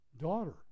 daughter